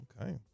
okay